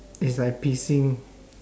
is like pissing